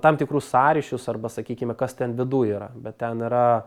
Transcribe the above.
tam tikrus sąryšius arba sakykime kas ten viduj yra bet ten yra